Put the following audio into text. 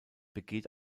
begeht